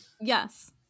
Yes